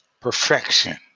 perfection